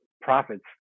Profits